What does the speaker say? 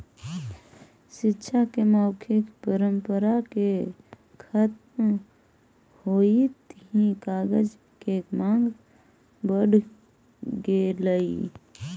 शिक्षा के मौखिक परम्परा के खत्म होइत ही कागज के माँग बढ़ गेलइ